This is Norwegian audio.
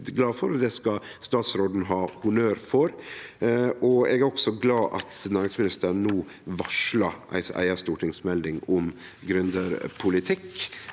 er eg glad for, og det skal statsråden ha honnør for. Eg er også glad for at næringsministeren no varslar ei eiga stortingsmelding om gründerpolitikk,